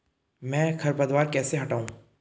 मैं खरपतवार कैसे हटाऊं?